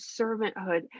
servanthood